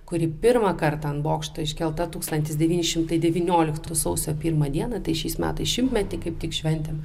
kuri pirmą kartą ant bokšto iškelta tūkstantis devyni šimtai devyniolktų sausio pirmą dieną tai šiais metais šimtmetį kaip tik šventėm